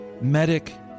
Medic